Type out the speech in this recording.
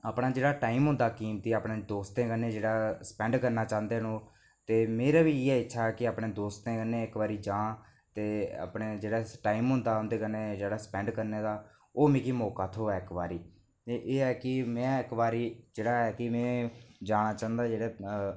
अपना जेह्ड़ा टाईम होंदा कीमती अपने दोस्तें कन्नै जेह्ड़ा स्पैं करना चाहंदे न ओह् मेरी बी इ' यै इच्छा की अपने दोस्तें कन्नै इक्क बारी जां ते अपना जेह्ड़ा टाईम होंदा उंदे कन्नै स्पैंड करने दा ओह् मिगी मौका थ्होऐ इक्क बारी ते एह् ऐ की में इक्क बारी जेह्ड़ा की ऐ में जाना चांहदा जेह्ड़ा